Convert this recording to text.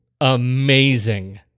Amazing